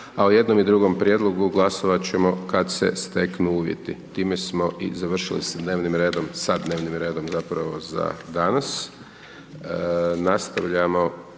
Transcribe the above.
o jednom i drugom Prijedlogu, glasovat ćemo se kad se steknu uvjeti. Time smo i završili s dnevnim redom, sa dnevnim redom zapravo za danas.